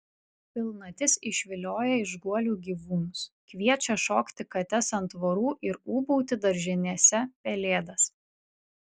pilnatis išvilioja iš guolių gyvūnus kviečia šokti kates ant tvorų ir ūbauti daržinėse pelėdas